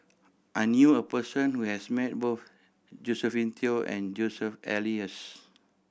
I knew a person who has met both Josephine Teo and Joseph Elias